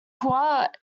kuwait